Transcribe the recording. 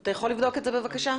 אתה יכול לבדוק את זה, בבקשה?